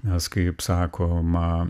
nes kaip sakoma